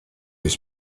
his